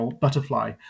butterfly